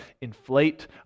inflate